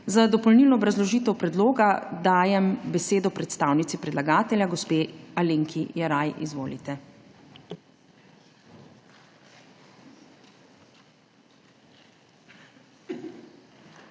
Za dopolnilno obrazložitev predloga dajem besedo predstavnici predlagatelja gospe Alenki Jeraj. Izvolite.